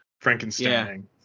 Frankenstein